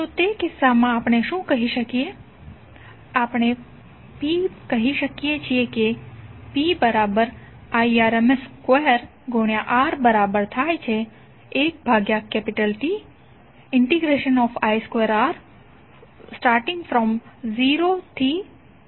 તો તે કિસ્સામાં આપણે શું કહી શકીએ આપણે P કહી શકીએ છીએ જે PIrms2R1T0Ti2Rdt છે